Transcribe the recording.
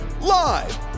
live